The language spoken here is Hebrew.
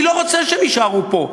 אני לא רוצה שהם יישארו פה.